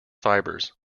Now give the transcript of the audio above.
fibers